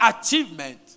achievement